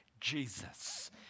Jesus